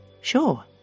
Sure